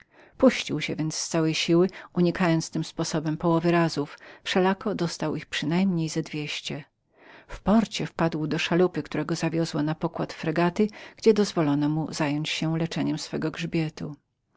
puścił się więc z całej siły unikając tym sposobem połowy razów wszelako dostał ich przynajmniej ze dwieście w porcie wpadł do szalupy która go zawiozła na pokład fregaty gdzie dozwolono mu zająć się leczeniem swego grzbietu